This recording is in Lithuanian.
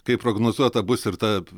kaip prognozuota bus ir ta